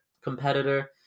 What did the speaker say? competitor